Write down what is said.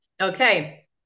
Okay